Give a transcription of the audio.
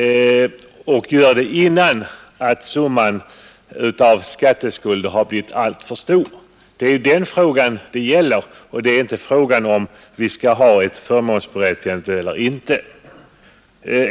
— och göra det innan summan av skatteskulder har blivit alltför stor. Det gäller alltså den frågan och inte huruvida vi skall ha ett förmånsberättigande eller inte.